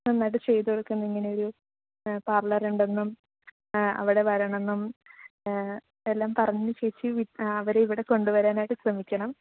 നന്നായിട്ട് ചെയ്തുകൊടുക്കുന്ന ഇങ്ങനെ ഒരു പാർലർ ഉണ്ടെന്നും അവിടെ വരണമെന്നും എല്ലാം പറഞ്ഞ് ചേച്ചി അവരെ ഇവിടെ കൊണ്ടുവരാനായിട്ടു ശ്രമിക്കണം